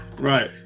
Right